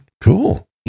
cool